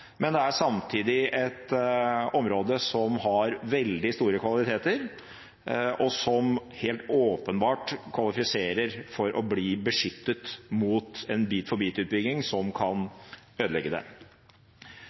men det er samtidig et område som har veldig store kvaliteter, og som helt åpenbart kvalifiserer til å bli beskyttet mot en